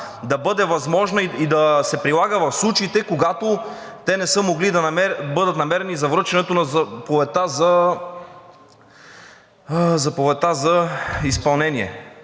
да бъде възможна и да се прилага в случаите, когато те не са могли да бъдат намерени за връчването на заповедта за изпълнение.